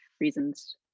reasons